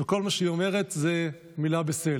וכל מה שהיא אומרת הוא מילה בסלע.